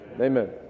Amen